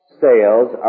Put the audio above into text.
sales